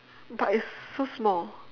but it's so small